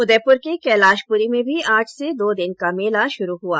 उदयपुर के कैलाशपुरी में भी आज से दो दिन का मेला शुरू हुआ